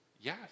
yes